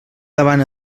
davant